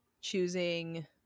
choosing